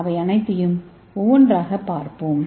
அவை அனைத்தையும் ஒவ்வொன்றாகப் பார்ப்போம்